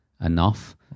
enough